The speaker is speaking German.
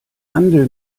handel